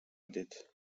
det